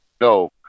No